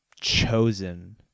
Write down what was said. chosen